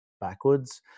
backwards